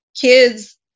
kids